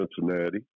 Cincinnati